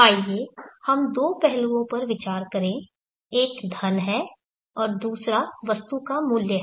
आइए हम दो पहलुओं पर विचार करें एक धन है और दूसरा वस्तु का मूल्य है